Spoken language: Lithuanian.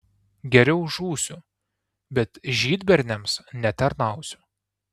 geriau žūsiu bet žydberniams netarnausiu